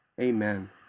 Amen